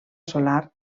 solar